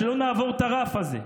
שלא נעבור את הרף הזה.